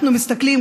אנחנו מסתכלים,